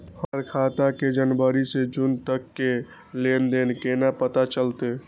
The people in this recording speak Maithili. हमर खाता के जनवरी से जून तक के लेन देन केना पता चलते?